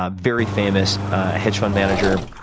ah very famous hedge fund manager,